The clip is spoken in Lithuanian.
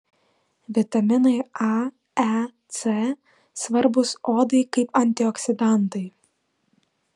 vitaminai a e c svarbūs odai kaip antioksidantai